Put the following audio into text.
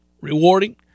rewarding